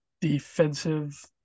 defensive